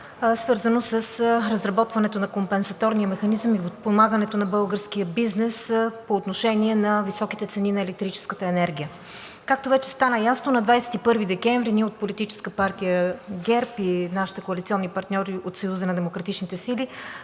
свързано с разработването на компенсаторния механизъм и подпомагането на българския бизнес по отношение на високите цени на електрическата енергия. Както вече стана ясно, на 21 декември Политическа партия ГЕРБ и нашите коалиционни партньори от Съюза на демократичните сили